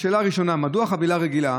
השאלות: 1. מדוע חבילה רגילה